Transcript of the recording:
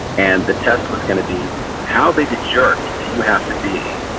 and the test was going to be how big a jerk do you have to be,